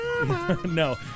No